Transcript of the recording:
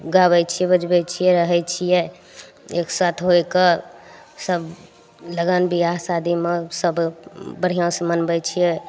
गाबय छियै बजबय छियै रहय छियै एक साथ होइके सब लगन बियाह शादीमे सब बढ़िआँसँ मनबय छियै